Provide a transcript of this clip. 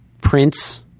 Prince